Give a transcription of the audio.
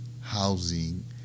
housing